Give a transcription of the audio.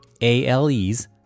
ALEs